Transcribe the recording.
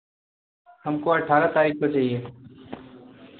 हमको अठारह तारीख को चाहिए